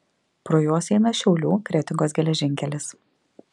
pro juos eina šiaulių kretingos geležinkelis